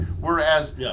Whereas